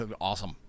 awesome